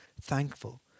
thankful